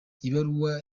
ibaruwa